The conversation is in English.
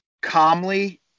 calmly